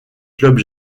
club